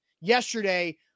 yesterday